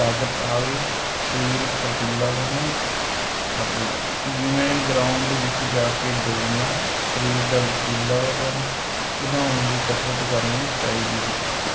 ਤਾਕਤ ਆਵੇ ਸਰੀਰ ਫੁਰਤੀਲਾ ਬਣੇ ਆਦਿ ਜਿਵੇਂ ਗਰਾਊਂਡ ਵਿੱਚ ਜਾ ਕੇ ਦੌੜਨਾ ਸਰੀਰ ਦਾ ਲਚਕੀਲਾਪਣ ਵਧਾਉਣ ਦੀ ਕਸਰਤ ਕਰਨੀ ਚਾਹੀਦੀ ਹੈ